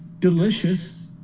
Delicious